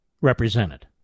represented